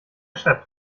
schreibt